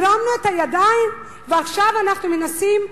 הרמנו את הידיים ועכשיו אנחנו מנסים,